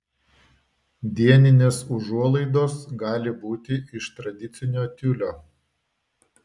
dieninės užuolaidos gali būti iš tradicinio tiulio